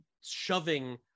shoving